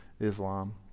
Islam